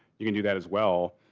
you can do that as well.